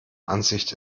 ansicht